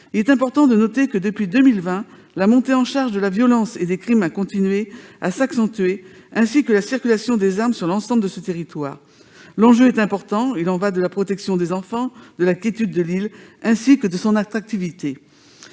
Il est important de noter que, depuis 2020, la hausse de la violence et des crimes a continué de s'accentuer, ainsi que la circulation des armes sur l'ensemble de ce territoire. L'enjeu est important. Il y va de la protection des enfants, de la quiétude de l'île et de son attractivité.